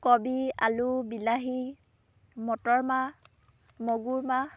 কবি আলু বিলাহী মটৰমাহ মগুৰ মাহ